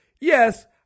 yes